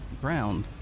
ground